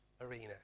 arena